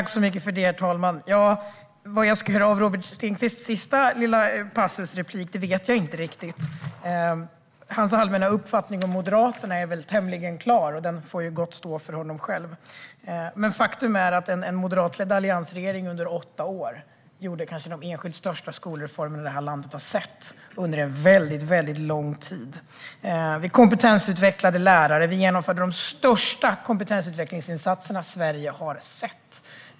Herr talman! Vad jag ska göra av Robert Stenkvists sista passus i repliken vet jag inte riktigt. Hans allmänna uppfattning om Moderaterna är väl tämligen klar, och den får gott stå för honom själv. Men faktum är att en moderatledd alliansregering under åtta år genomförde de kanske enskilt största skolreformerna landet har sett under lång tid. Vi kompetensutvecklade lärare. Vi genomförde de största kompetensutvecklingsinsatserna Sverige har sett.